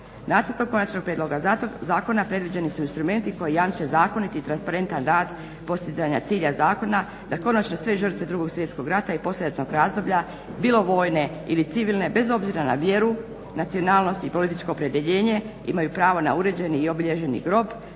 Nacrtom Konačnog prijedloga zakona predviđeni su instrumenti koji jamče zakonit i transparentan rad postizanja cilja zakona, da konačno sve žrtve Drugog svjetskog rata i poslijeratnog razdoblja bilo vojne ili civilne, bez obzira na vjeru, nacionalnost i političko opredjeljenje imaju pravo na uređeni i obilježeni grob